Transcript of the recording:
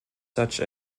such